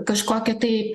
kažkokia tai